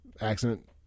accident